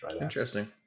Interesting